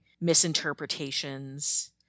misinterpretations